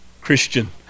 Christian